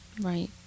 Right